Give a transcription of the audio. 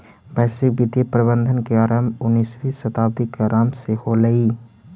वैश्विक वित्तीय प्रबंधन के आरंभ उन्नीसवीं शताब्दी के आरंभ से होलइ